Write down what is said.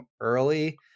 early